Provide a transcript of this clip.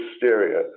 hysteria